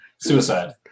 Suicide